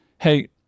hey